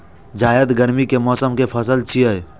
जायद गर्मी के मौसम के पसल छियै